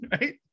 right